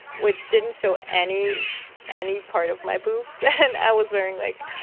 which didn't show any any part of my boobs. and i was wearing, like,